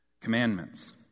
commandments